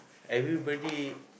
everybody